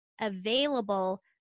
available